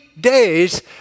days